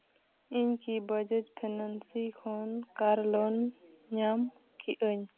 ᱤᱧ ᱠᱤ ᱵᱟᱡᱟᱡᱽ ᱯᱷᱤᱱᱟᱱᱥᱤ ᱠᱷᱚᱱ ᱠᱟᱨ ᱞᱳᱱ ᱧᱟᱢ ᱠᱮᱫ ᱟᱹᱧ